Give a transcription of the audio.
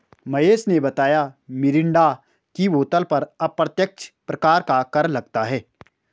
महेश ने बताया मिरिंडा की बोतल पर अप्रत्यक्ष प्रकार का कर लगता है